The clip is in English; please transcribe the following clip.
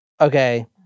Okay